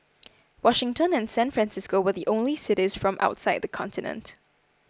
Washington and San Francisco were the only cities from outside the continent